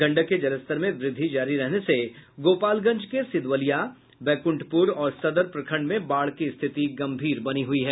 गंडक के जलस्तर में वृद्वि जारी रहने से गोपालगंज के सिधवलिया बैकुंठपुर और सदर प्रखंड में बाढ़ की स्थिति गंभीर बनी हुई है